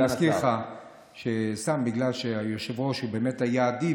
אני מזכיר לך שהיושב-ראש באמת באמת היה אדיב.